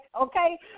Okay